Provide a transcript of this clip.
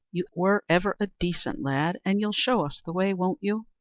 you were ever a decent lad, and you'll show us the way, won't you?